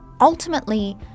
Ultimately